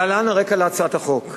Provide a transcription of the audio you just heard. להלן הרקע להצעת החוק: